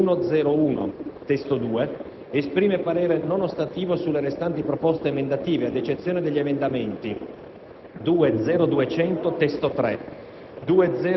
esprime parere di semplice contrarietà sull'emendamento 1.0.1 (testo 2). Esprime parere non ostativo sulle restanti proposte emendative, ad eccezione degli emendamenti